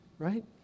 right